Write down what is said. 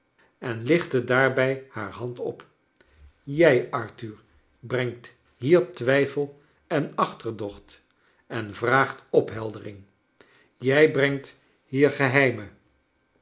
en lichtte daar bij haar hand op jij arthur brengt hier twijfel en achtcrdocht en vraagt opbeldering jrj brengt hier geheimen